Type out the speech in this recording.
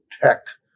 protect